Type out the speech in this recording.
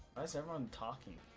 us around talking